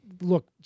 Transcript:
look